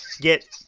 get